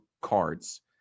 cards